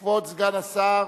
ועדת, ועדת הכספים.